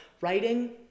writing